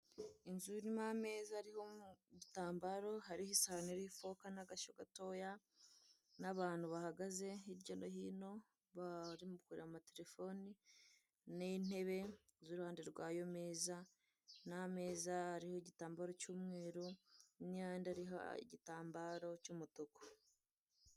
Inzu irimo ameza iriho igitambaro hariho isahani iriho ifoke n'agashyo gatoya n'abantu bahagaze hirya no hino bari mu kugura amaterefone n'intebe ziri iruhande rw'ayo meza, n'ameza ariho igitambaro cy'umweru n'ayandi ariho igitambaro cy'umutuku.